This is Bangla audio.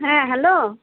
হ্যাঁ হ্যালো